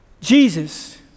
Jesus